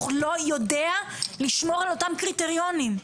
לא יודע לשמור על אותם קריטריונים.